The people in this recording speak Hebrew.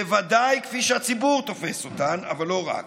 בוודאי כפי שהציבור תופס אותן, אבל לא רק.